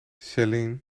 céline